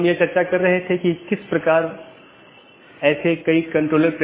जो हम चर्चा कर रहे थे कि हमारे पास कई BGP राउटर हैं